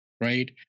right